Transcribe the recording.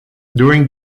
during